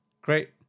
great